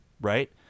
right